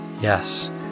Yes